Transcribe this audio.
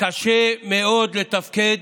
קשה מאוד לתפקד